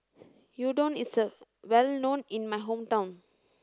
Udon is well known in my hometown